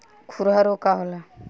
खुरहा रोग का होला?